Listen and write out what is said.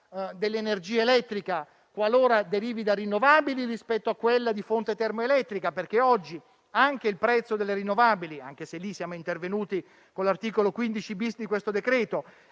dell'energia elettrica che deriva da rinnovabili rispetto a quella di fonte termoelettrica, perché oggi il prezzo delle rinnovabili (anche se lì siamo intervenuti con l'articolo 15-*bis* di questo decreto)